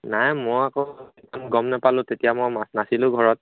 নাই মই আকৌ গম নাপালোঁ তেতিয়া মই নাছিলোঁ ঘৰত